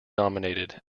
nominated